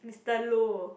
Mister Low